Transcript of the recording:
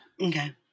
Okay